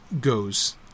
goes